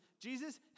Jesus